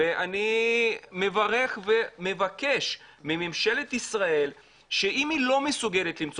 ואני מברך ומבקש מממשלת ישראל שאם היא לא מסוגלת למצוא